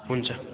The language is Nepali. हुन्छ